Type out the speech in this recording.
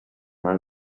mar